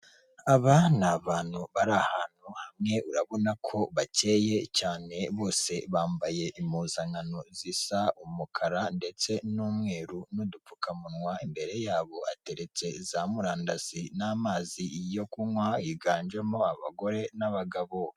Aba ni abantu bari ahantu hamwe, urabona ko bakeye cyane, bose bambaye impuzankano zisa umukara ndetse n'umweru n'udupfukamunwa, imbere yabo hateretse za murandasi n'amazi yo kunywa, higanjemo abagore n'abagabo.